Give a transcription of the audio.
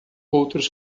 outros